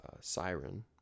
Siren